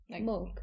Milk